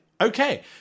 Okay